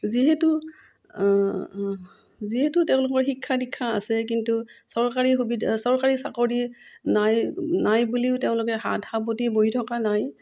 যিহেতু যিহেতু তেওঁলোকৰ শিক্ষা দীক্ষা আছে কিন্তু চৰকাৰী সুবিধা চৰকাৰী চাকৰি নাই নাই বুলিও তেওঁলোকে হাত সাবটি বহি থকা নাই